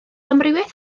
amrywiaeth